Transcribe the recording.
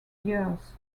years